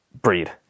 Breed